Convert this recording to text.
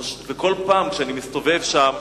וכל פעם שאני מסתובב שם,